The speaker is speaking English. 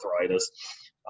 arthritis